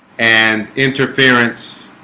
and interference